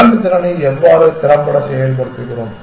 திறந்த திறனை எவ்வாறு திறம்பட செயல்படுத்துகிறோம்